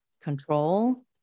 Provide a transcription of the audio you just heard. control